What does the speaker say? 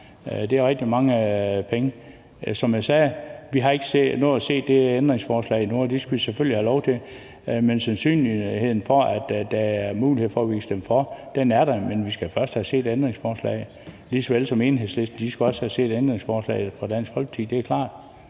Det er rigtig mange penge. Som jeg sagde: Vi har ikke nået at se det ændringsforslag endnu, og det skal vi selvfølgelig have lov til. Sandsynligheden for, at der er mulighed for, at vi kan stemme for, er til stede, men vi skal først have set ændringsforslaget, lige såvel som Enhedslisten også skal have set ændringsforslaget fra Dansk Folkeparti. Det er klart.